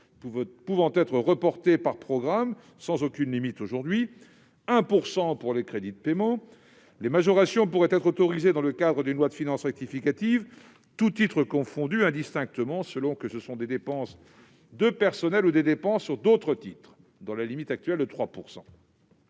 pouvant être reportées par programme, alors qu'il n'existe aujourd'hui aucune limite, et à 1 % pour le montant des crédits de paiement. Les majorations pourraient être autorisées dans le cadre d'une loi de finances rectificative, tous titres confondus indistinctement, selon que ce sont des dépenses de personnels ou des dépenses sur d'autres titres, dans la limite actuelle de 3 %.